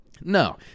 No